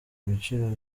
ibiciro